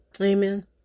Amen